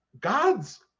God's